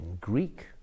Greek